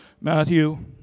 Matthew